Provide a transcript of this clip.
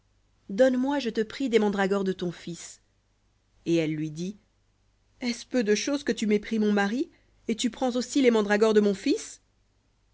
donne-moi je te prie des mandragores de ton fils et elle lui dit est-ce peu de chose que tu m'aies pris mon mari et tu prends aussi les mandragores de mon fils